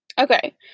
Okay